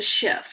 shift